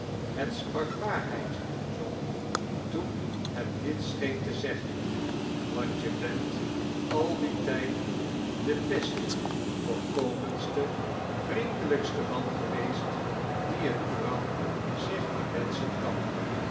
het sprak waarhedd john toen het dit scheen te zeggen want je bent al dien tijd de beste vooirkomeiiclste viriendelijkste man geweest dien eene vrouw zich maar weuschen kiwi